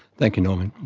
thank you norman.